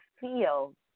feel